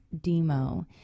demo